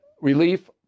relief